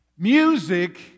Music